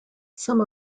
some